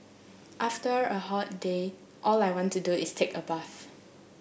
after a hot day all I want to do is take a bath